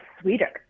sweeter